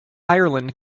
ireland